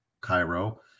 Cairo